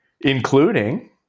including